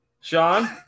Sean